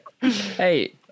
Hey